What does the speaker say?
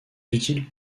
utile